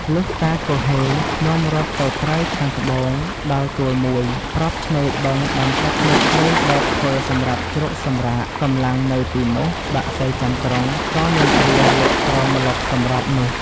លុះតាគហ៊េនាំរត់ទៅត្រើយខាងត្បូង ដល់ទួលមួយ ប្របឆេ្នរបឹងបានកាប់មែកជ្រៃដោតធ្វើសំរាប់ជ្រកសម្រាក កំលាំងនៅទីនោះ បក្សីចាំក្រុង ក៏និន្រ្ទាលក់ក្រោមម្លប់សម្របនោះ។